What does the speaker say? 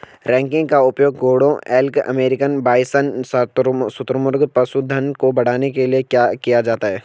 ranking का उपयोग घोड़ों एल्क अमेरिकन बाइसन शुतुरमुर्ग पशुधन को बढ़ाने के लिए किया जाता है